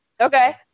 Okay